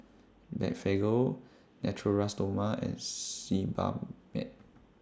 Blephagel Natura Stoma and Sebamed